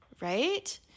Right